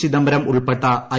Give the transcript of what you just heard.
ചിദംബരം ഉൾപ്പെട്ട ഐ